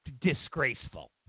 Disgraceful